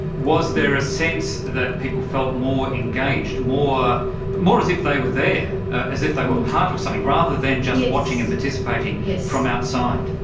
was there a sense that people felt more engaged? more more as if they were there, as if they were part of something, rather than just watching and participating yeah from outside?